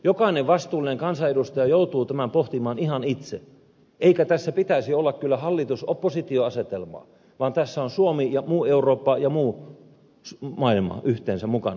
jokainen vastuullinen kansanedustaja joutuu tämän pohtimaan ihan itse eikä tässä pitäisi olla kyllä hallitusoppositio asetelmaa vaan tässä on suomi ja muu eurooppa ja muu maailma yhteensä mukana